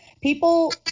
people